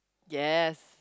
yes